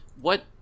What-